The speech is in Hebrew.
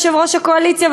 יושב-ראש הקואליציה?